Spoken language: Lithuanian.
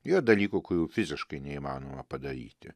yra dalykų kurių fiziškai neįmanoma padaryti